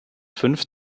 fünf